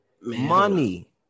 money